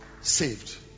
saved